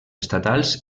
estatals